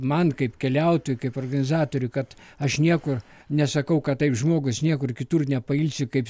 man kaip keliaut kaip organizatoriui kad aš nieko nesakau kad taip žmogus niekur kitur nepailsi kaip